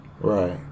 Right